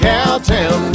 Cowtown